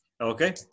Okay